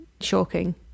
shocking